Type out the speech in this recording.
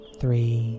three